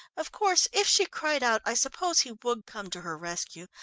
of course, if she cried out, i suppose he would come to her rescue,